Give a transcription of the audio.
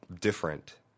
different